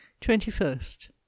Twenty-first